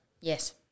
Yes